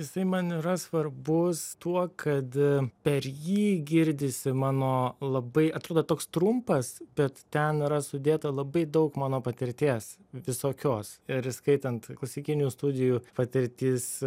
jisai man yra svarbus tuo kad per jį girdisi mano labai atrodo toks trumpas bet ten yra sudėta labai daug mano patirties visokios ir įskaitant klasikinių studijų patirtis